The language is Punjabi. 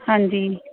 ਹਾਂਜੀ